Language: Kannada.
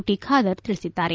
ಟಿ ಖಾದರ್ ತಿಳಿಸಿದ್ದಾರೆ